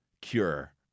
cure